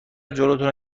جلوتونو